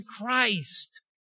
Christ